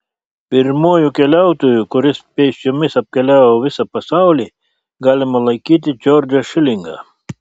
pirmuoju keliautoju kuris pėsčiomis apkeliavo visą pasaulį galima laikyti džordžą šilingą